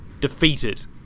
defeated